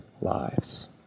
lives